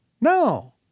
No